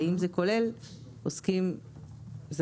האם זה כולל עוסקים זרים?